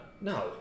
No